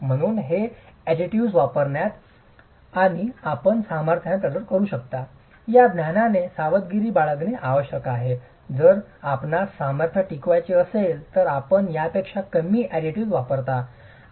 म्हणूनच हे अॅडिटिव्ह्ज वापरण्यात आणि आपण सामर्थ्याने तडजोड करू शकता या ज्ञानाने सावधगिरी बाळगणे आवश्यक आहे जर आपणास सामर्थ्य टिकवायचे असेल तर आपण यापेक्षा कमी अॅडिटिव्ह्ज वापरता